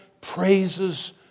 praises